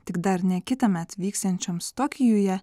tik dar ne kitąmet vyksiančioms tokijuje